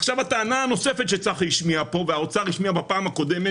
עכשיו הטענה הנוספת שצחי השמיע פה והאוצר השמיע בפעם הקודמת,